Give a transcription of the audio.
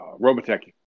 Robotech